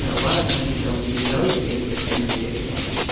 a lot of times you don't even know you're being discriminated against.